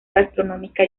gastronómica